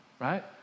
right